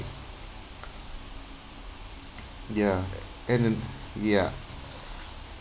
ya and then ya